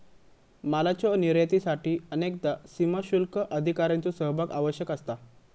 मालाच्यो निर्यातीसाठी अनेकदा सीमाशुल्क अधिकाऱ्यांचो सहभाग आवश्यक असता